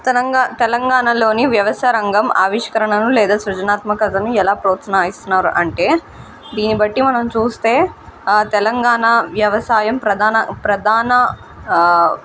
తెలంగ తెలంగాణాలోని వ్యవసాయ రంగం ఆవిష్కరణలు లేదా సృజనాత్మకతను ఎలా ప్రోత్సహిస్తున్నారు అంటే దీని బట్టి మనం చూస్తే తెలంగాణా వ్యవసాయం ప్రధాన ప్రధాన